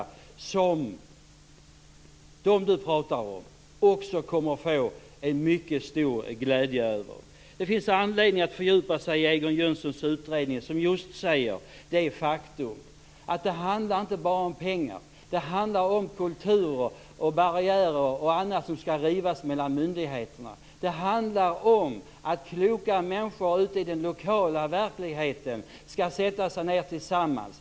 Också de grupper som Sigge Godin pratar om kommer att få mycket stor glädje av de pengarna. Det finns anledning att fördjupa sig i Egon Jönsson-utredningen, där det just sägs att det inte bara handlar om pengar. Det handlar om kulturer och om barriärer som skall rivas mellan myndigheterna. Det handlar om att kloka människor ute i den lokala verkligheten skall sätta sig ned tillsammans.